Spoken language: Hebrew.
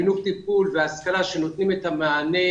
חינוך, טיפול והשכלה שנותנים את המענה